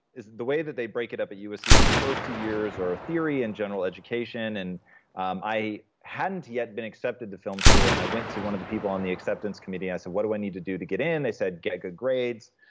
the way that they break it up at usc is your first two years are a theory and general education and um i hadn't yet been accepted to film school, and i went to one of the people on the acceptance committee, and i said, what do i need to do to get in? they said, get good grades.